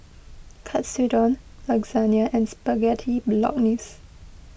Katsudon Lasagna and Spaghetti Bolognese